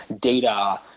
data